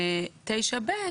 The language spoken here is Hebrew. ו-9(ב)